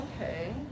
okay